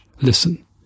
listen